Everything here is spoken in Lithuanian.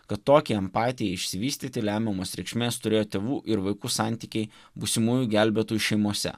kad tokie empatijai išsivystyti lemiamos reikšmės turėjo tėvų ir vaikų santykiai būsimųjų gelbėtojų šeimose